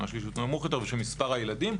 השלישית נמוך יותר ושל מספר הילדים.